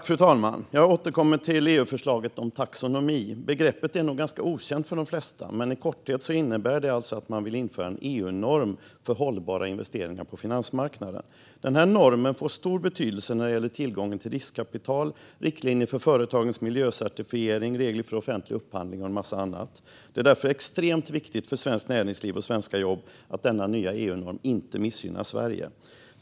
Fru talman! Jag återkommer till EU-förslaget om taxonomi. Begreppet är nog ganska okänt för de flesta, men i korthet innebär det alltså att man vill införa en EU-norm för hållbara investeringar på finansmarknaden. Denna norm får stor betydelse när det gäller tillgången till riskkapital, riktlinjer för företagens miljöcertifiering, regler för offentlig upphandling och en massa annat. Det är därför extremt viktigt för svenskt näringsliv och svenska jobb att denna nya EU-norm inte missgynnar Sverige.